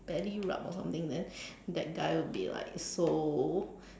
belly rub or something then that guy would be like so